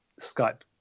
Skype